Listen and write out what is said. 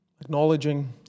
acknowledging